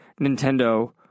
Nintendo